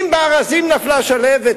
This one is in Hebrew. אם בארזים נפלה שלהבת,